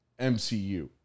MCU